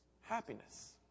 happiness